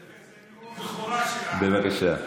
תתייחס לנאום הבכורה, בבקשה.